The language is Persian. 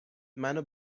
منو